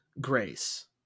Grace